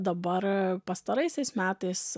dabar pastaraisiais metais